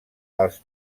els